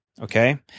Okay